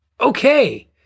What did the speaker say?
Okay